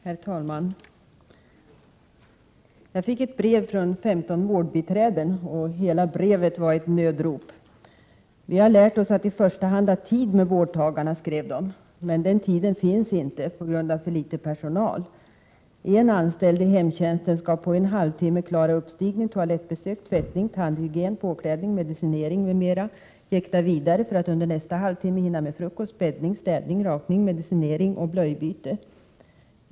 Herr talman! Jag fick ett brev från 15 vårdbiträden. Hela brevet var ett nödrop. ”Vi har lärt oss att i första hand ha tid med vårdtagarna”, skrev de, ”men den tiden finns inte p.g.a. för litet personal... En anställd i hemtjänsten skall på en halvtimme klara uppstigning, toalettbesök, tvättning, tandhygien, påklädning, medicinering m.m. Jäkta vidare för att under nästa halvtimme hinna med frukost, bäddning, städning, rakning, medicinering och blöjbyte.